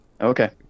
Okay